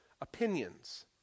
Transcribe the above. opinions